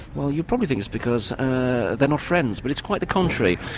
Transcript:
well you'll probably think it's because they're not friends, but it's quite the contrary.